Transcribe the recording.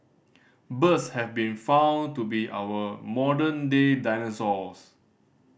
birds have been found to be our modern day dinosaurs